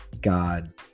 God